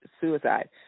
suicide